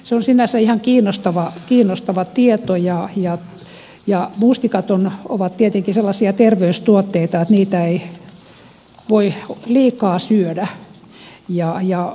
se on sinänsä ihan kiinnostava tieto ja mustikat ovat tietenkin sellaisia terveystuotteita että niitä ei voi liikaa syödä